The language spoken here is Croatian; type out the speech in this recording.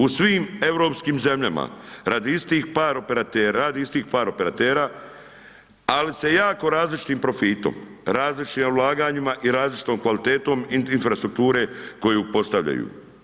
U svim europskim zemljama radi istih par operatera, radi isti par operatera ali sa jako različitim profitom, različitim ulaganjima i različitom kvalitetom infrastrukture koju postavljaju.